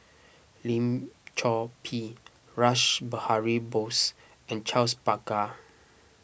Lim Chor Pee Rash Behari Bose and Charles Paglar